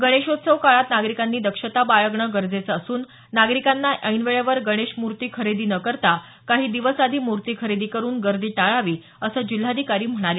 गणेशोत्सव काळात नागरिकांनी दक्षता बाळगणं गरजेचं असून नागरिकांना ऐनवेळेवर गणेश मूर्ती खरेदी न करता काही दिवस आधी मूर्ती खरेदी करून गर्दी टाळावी असं जिल्हाधिकारी म्हणाले